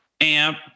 amp